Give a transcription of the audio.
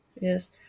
Yes